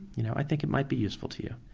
you know, i think it might be useful to you.